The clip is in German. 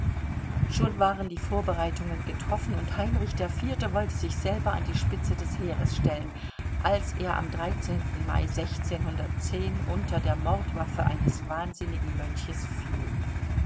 schon waren die vorbereitungen getroffen und heinrich iv wollte sich selber an die spitze des heeres stellen als er am mai unter der mordwaffe eines wahnsinnigen mönches fiel